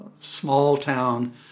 small-town